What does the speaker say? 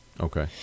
Okay